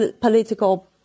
political